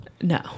No